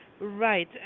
right